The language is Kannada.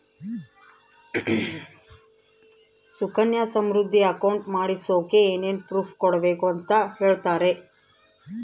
ಸುಕನ್ಯಾ ಸಮೃದ್ಧಿ ಅಕೌಂಟ್ ಮಾಡಿಸೋಕೆ ಏನೇನು ಪ್ರೂಫ್ ಕೊಡಬೇಕು ಅಂತ ಹೇಳ್ತೇರಾ?